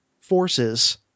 forces –